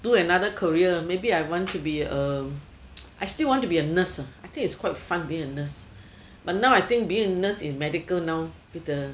do another career maybe I want to be a I still want to be a nurse uh I think it's quite fun being a nurse but now I think being a nurse in medical now with the